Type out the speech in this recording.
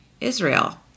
Israel